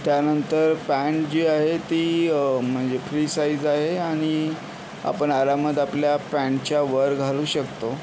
त्यानंतर पॅन्ट जी आहे ती म्हणजे फ्री साईज आहे आणि आपण आरामात आपल्या पॅन्टच्यावर घालू शकतो